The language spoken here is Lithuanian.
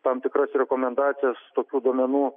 tam tikros rekomendacijos tokių duomenų